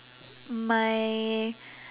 my